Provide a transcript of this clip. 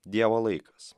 dievo laikas